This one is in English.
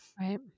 right